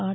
R